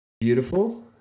beautiful